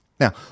Now